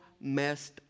messed